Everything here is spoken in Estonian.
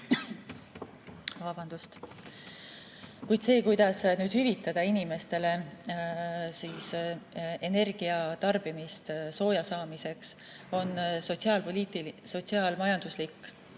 Vabandust! Kuid see, kuidas hüvitada inimestele energiatarbimist sooja saamiseks, on sotsiaal-majandusliku